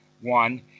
one